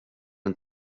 den